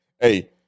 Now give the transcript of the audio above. Hey